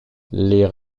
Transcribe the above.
les